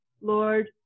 lord